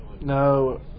no